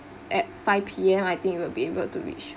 at five P_M I think it will be able to reach